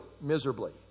miserably